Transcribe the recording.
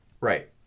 Right